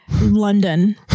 London